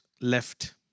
left